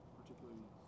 particularly